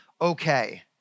okay